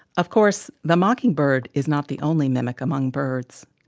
of course, the mockingbird is not the only mimic among birds.